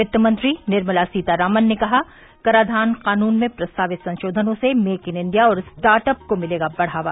वित्तमंत्री निर्मला सीतारामन ने कहा कराधान कानून में प्रस्तावित संशोधनों से मेक इन इंडिया और स्टार्टअप को मिलेगा बढ़ावा